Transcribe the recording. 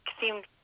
seemed